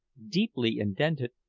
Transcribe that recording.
deeply indented,